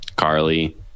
Carly